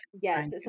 Yes